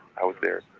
i was there